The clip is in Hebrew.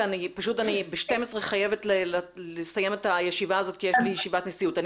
אני פשוט ב-12:00 חייבת לסיים את הישיבה הזאת כי יש לי ישיבת נשיאות.